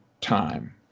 time